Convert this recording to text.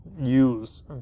use